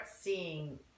seeing